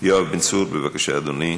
יואב בן צור, בבקשה, אדוני.